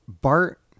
Bart